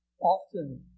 often